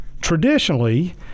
traditionally